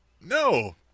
no